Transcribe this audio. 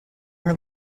her